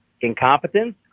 incompetence